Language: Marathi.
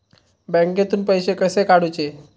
बँकेतून पैसे कसे काढूचे?